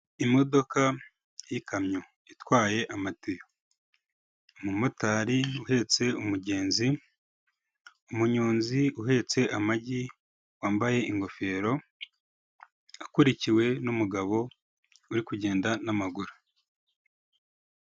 Imodoka y'ikamyo itwaye amatiyo, umumotari uhetse umugenzi, umunyonzi uhetse amagi wambaye ingofero akurikiwe n'umugabo uri kugenda n'amaguru.